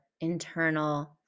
internal